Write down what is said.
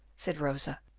said rosa,